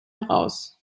heraus